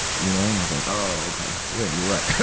you know. and i was like, oh, okay. yeah, you right!